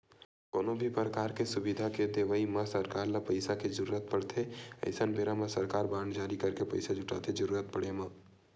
कोनो भी परकार के सुबिधा के देवई म सरकार ल पइसा के जरुरत पड़थे अइसन बेरा म सरकार बांड जारी करके पइसा जुटाथे जरुरत पड़े म